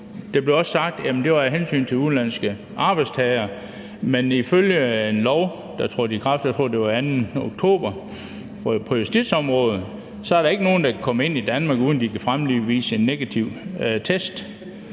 det blev også sagt, at det var af hensyn til udenlandske arbejdstagere, men ifølge en lov på justitsområdet, der trådte i kraft den 2. oktober, tror jeg det var, er der ikke nogen, der kan komme ind i Danmark uden at kunne fremvise en negativ test.